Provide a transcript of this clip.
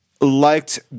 Liked